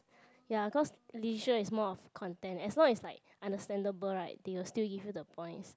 ya cause leisure is more of content as long as like understandable right they will still give you the points